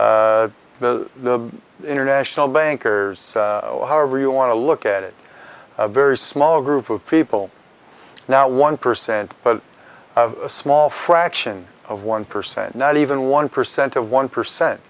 illuminati the international bankers or however you want to look at it a very small group of people now one percent but a small fraction of one percent not even one percent of one percent